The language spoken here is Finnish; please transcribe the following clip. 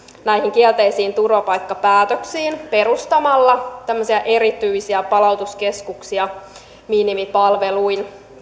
näihin kielteisiin turvapaikkapäätöksiin perustamalla tämmöisiä erityisiä palautuskeskuksia minimipalveluin